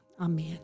amen